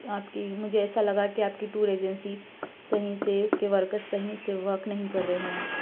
آپ کی مجھے ایسا لگا آپ کی ٹور ایجنسی صحیح سے اُس کے ورکر صحیح سے ورک نہیں کر رہے ہیں